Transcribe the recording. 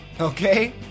Okay